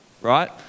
right